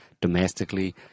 domestically